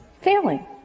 failing